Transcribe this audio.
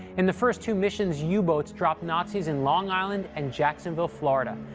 in the first two missions, yeah u-boats dropped nazis in long island and jacksonville, florida,